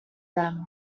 them